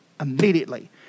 immediately